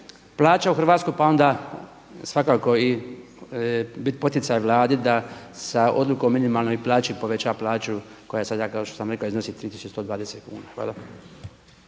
plaća u Hrvatskoj pa onda svakako i biti poticaj Vladi da sa odlukom o minimalnoj plaći poveća plaću koja sada kao što sam rekao iznosi 3.120 kuna. Hvala.